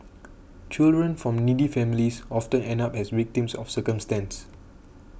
children from needy families often end up as victims of circumstance